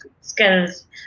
skills